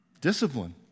Discipline